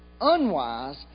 unwise